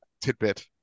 tidbit